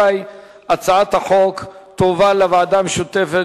ההצעה להעביר את הצעת חוק לתיקון פקודת